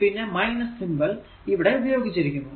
പിന്നെ സിംബൽ ഇവിടെ ഉപയോഗിച്ചിരിക്കുന്നു